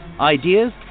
ideas